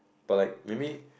but like maybe